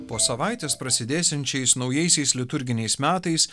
po savaitės prasidėsiančiais naujaisiais liturginiais metais